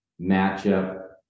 matchup